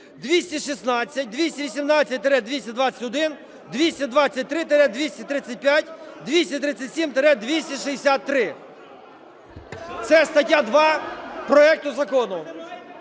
216, 218-221, 223-235, 237-263. Це стаття 2 проекту закону.